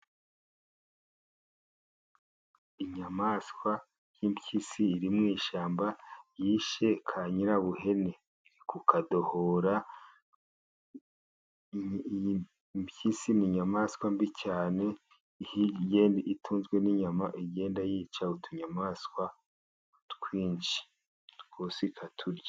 Inyamaswa y'impyisi iri mu ishyamba. Yishe ka nyirabuhene iri kukadohora. Impyisi ni inyamaswa mbi cyane ihiga igenda itunzwe n'inyama, igenda yica utunyamaswa twinshi twose ikaturya.